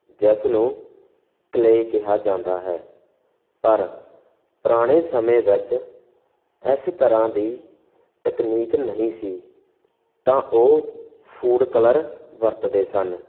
ਜਿਸ ਨੂੰ ਕਲੇ ਕਿਹਾ ਜਾਂਦਾ ਹੈ ਪਰ ਪੁਰਾਣੇ ਸਮੇਂ ਵਿੱਚ ਇਸ ਤਰ੍ਹਾਂ ਦੀ ਟਕਨੀਕ ਨਹੀਂ ਸੀ ਤਾਂ ਉਹ ਫੂਡ ਕਲਰ ਵਰਤਦੇ ਸਨ